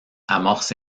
amorce